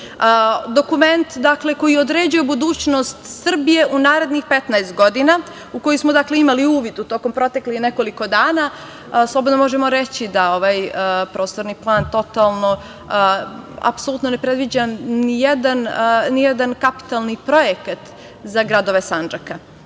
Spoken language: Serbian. dokument koji određuje budućnost Srbije u narednih 15 godina, a u koje smo imali uvid u proteklih nekoliko dana, slobodno možemo reći da Prostorni plan apsolutno ne predviđa ni jedan kapitalni projekat za gradove Sandžaka.